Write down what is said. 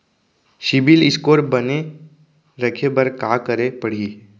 CIBIL score बने रखे बर का करे पड़ही?